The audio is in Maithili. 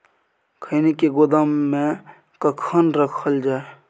खैनी के गोदाम में कखन रखल जाय?